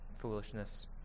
foolishness